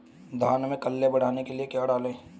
धान में कल्ले बढ़ाने के लिए क्या डालें?